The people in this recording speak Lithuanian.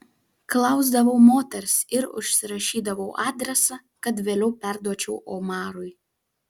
klausdavau moters ir užsirašydavau adresą kad vėliau perduočiau omarui